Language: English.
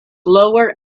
lower